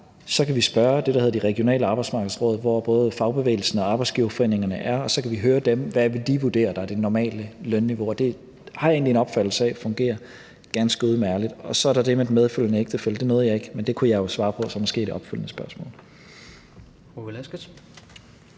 kan vi spørge det, der hedder De Regionale Arbejdsmarkedsråd, hvor både fagbevægelsen og arbejdsgiverforeningerne er, og så kan vi høre dem, hvad de vil vurdere er det normale lønniveau. Jeg har egentlig en opfattelse af, at det fungerer ganske udmærket. Så er der det med den medfølgende ægtefælle, som jeg ikke nåede, men det kunne jeg måske så i et opfølgende spørgsmål